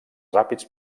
ràpids